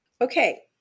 Okay